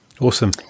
Awesome